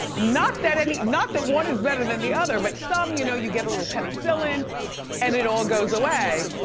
not that i mean not that one is better than the other, but some you know, you get a little penicillin and it all goes away.